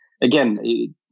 again